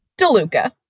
DeLuca